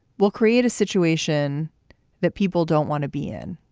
we'll create a situation that people don't want to be in.